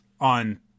on